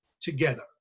together